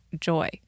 joy